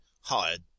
hired